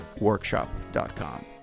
workshop.com